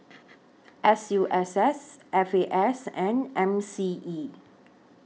S U S S F A S and M C E